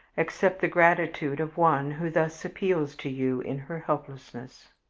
except the gratitude of one who thus appeals to you in her helplessness.